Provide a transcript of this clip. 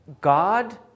God